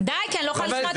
די כי אני לא יכולה לשמוע את